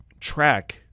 track